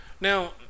Now